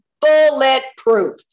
Bulletproof